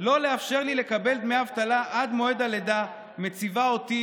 לא לאפשר לי לקבל דמי אבטלה עד מועד הלידה מציב אותי